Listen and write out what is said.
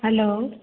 hello